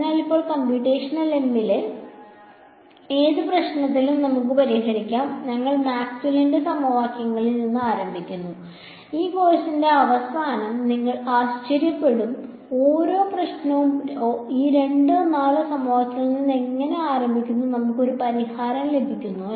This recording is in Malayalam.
അതിനാൽ ഇപ്പോൾ കംപ്യൂട്ടേഷണൽ എമ്മിലെ ഏത് പ്രശ്നത്തിലും നമുക്ക് ആരംഭിക്കാം ഞങ്ങൾ മാക്സ്വെല്ലിന്റെ സമവാക്യങ്ങളിൽ നിന്നാണ് ആരംഭിക്കുന്നത് ഈ കോഴ്സിന്റെ അവസാനം നിങ്ങൾ ആശ്ചര്യപ്പെടും ഓരോ പ്രശ്നവും ഈ രണ്ടോ നാലോ സമവാക്യങ്ങളിൽ നിന്ന് എങ്ങനെ ആരംഭിക്കുന്നു നമുക്ക് ഒരു പരിഹാരം ലഭിക്കുന്നു